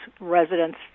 residents